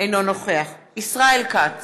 אינו נוכח ישראל כץ,